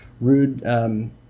rude